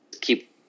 keep